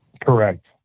Correct